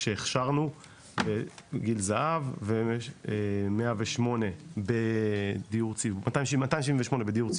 שהכשרנו עבור גיל הזהב ו-278 בדיור ציבורי,